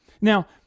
Now